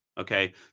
Okay